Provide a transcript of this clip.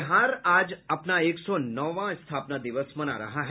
बिहार आज अपना एक सौ नौवां स्थापना दिवस मना रहा है